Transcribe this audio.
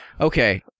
Okay